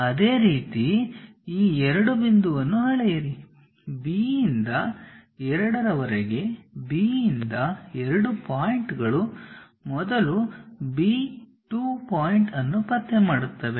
ಅದೇ ರೀತಿ ಈ 2 ಬಿಂದುವನ್ನು ಅಳೆಯಿರಿ B ಯಿಂದ 2 ರವರೆಗೆ B ಯಿಂದ 2 ಪಾಯಿಂಟ್ಗಳು ಮೊದಲು B 2 ಪಾಯಿಂಟ್ ಅನ್ನು ಪತ್ತೆ ಮಾಡುತ್ತವೆ